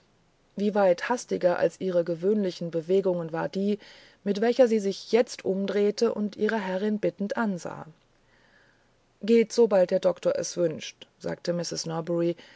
wie weit hastiger als ihre gewöhnlichen bewegungen war die mit welcher sie sichjetztherumdrehteundihreherrinbittendansah geht sobald der doktor es wünscht sagte mistreß